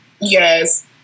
Yes